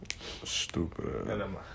Stupid